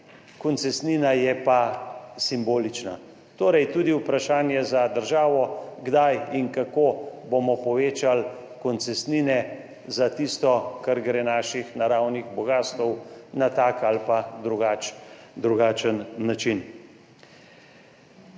koncesnina je pa simbolična. Torej tudi vprašanje za državo, kdaj in kako bomo povečali koncesnine za tisto, kar gre naših naravnih bogastev na tak ali drugačen način.